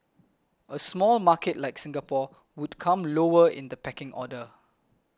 a small market like Singapore would come lower in the pecking order